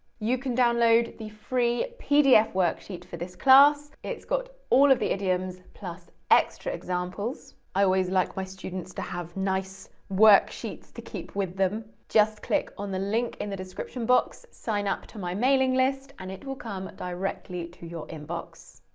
you can download the free pdf worksheet for this class, it's got all of the idioms plus extra examples. i always like my students to have nice worksheets to keep with them. just click on the link in the description box, sign up to my mailing list, and it will come directly to your inbox.